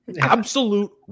Absolute